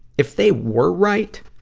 if they were right,